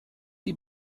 die